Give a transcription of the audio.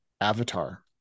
Avatar